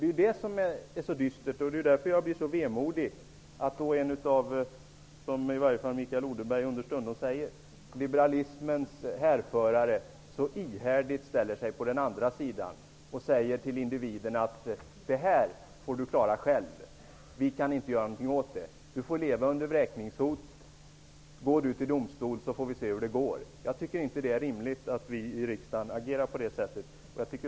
Det är det som är så dystert, och det är därför som jag blir så vemodig när liberalismens härförare så ihärdigt -- som Mikael Odenberg understundom gör -- ställer sig på den andra sidan och säger till individen: Det här får du klara själv. Vi kan inte göra någonting åt saken. Du får leva under vräkningshot. Gå du till domstol, så får vi se hur det går. Jag tycker inte att det är rimligt att vi i riksdagen agerar på det sättet.